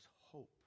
hope